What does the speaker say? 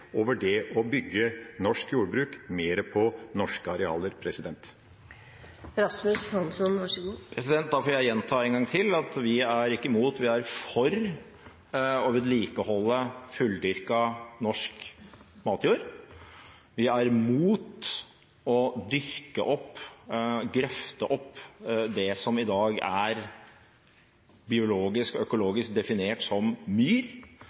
over det å bygge norsk jordbruk mer på norske arealer. Da får jeg gjenta en gang til at vi er ikke imot; vi er for å vedlikeholde fulldyrket norsk matjord. Vi er imot å dyrke opp, grøfte opp, det som i dag er biologisk og økologisk definert som myr,